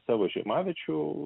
savo žiemaviečių